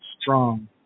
strong